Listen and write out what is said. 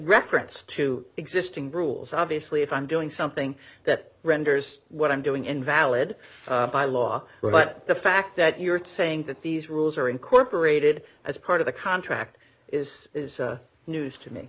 reference to existing drools obviously if i'm doing something that renders what i'm doing invalid by law but the fact that you're saying that these rules are incorporated as part of the contract is is news to me